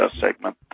segment